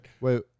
Wait